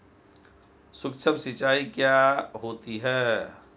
सुक्ष्म सिंचाई क्या होती है?